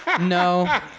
No